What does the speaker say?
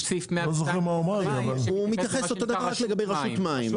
הוא מתייחס אותו דבר, רק לגבי רשות מים.